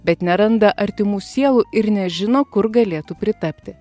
bet neranda artimų sielų ir nežino kur galėtų pritapti